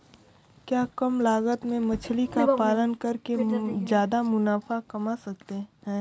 क्या कम लागत में मछली का पालन करके ज्यादा मुनाफा कमा सकते हैं?